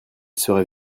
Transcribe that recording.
serait